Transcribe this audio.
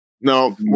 no